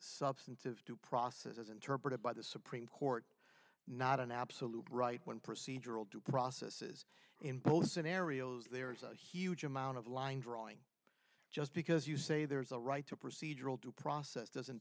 substantive to process as interpreted by the supreme court not an absolute right one procedural due processes in both scenarios there is a huge amount of line drawing just because you say there's a right to procedural due process doesn't